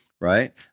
right